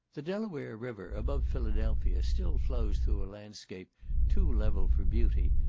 the delaware river, above philadelphia, still flows through a landscape too level for beauty,